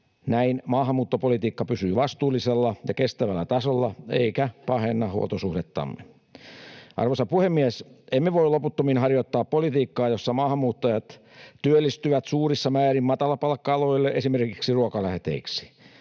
Näin maahanmuuttopolitiikka pysyy vastuullisella ja kestävällä tasolla eikä pahenna huoltosuhdettamme. Arvoisa puhemies! Emme voi loputtomiin harjoittaa politiikkaa, jossa maahanmuuttajat työllistyvät suurissa määrin matalapalkka-aloille, esimerkiksi ruokaläheteiksi.